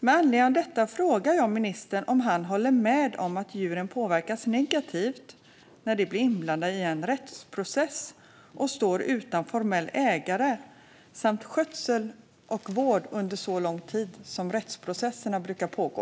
Med anledning av detta frågar jag ministern om han håller med om att djuren påverkas negativt när de blir inblandade i en rättsprocess och står utan såväl formell ägare som skötsel och vård under så lång tid som rättsprocesser brukar pågå.